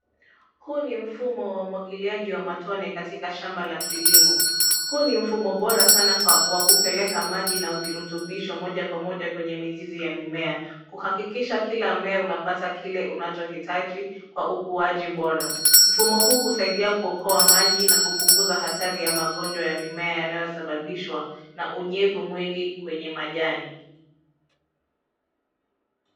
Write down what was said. Huu ni mfumo wa umwagiliaji wa matone katika shamba la kilimo. Huu ni mfumo bora sana wa kupeleka maji na virutubisho moja kwa moja kwenye mizizi ya mimea, kuhakikisha kila mmea unapata kile unachohitaji kwa ukuaji bora. Mfumo huu husaidia kuokoa maji na kupunguza hatari ya magonjwa ya mimea yanayosababishwa na unyevu mwingi kwenye majani.